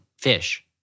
Fish